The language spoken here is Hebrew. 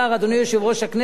אדוני יושב-ראש הכנסת,